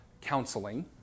counseling